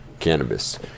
cannabis